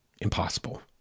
Impossible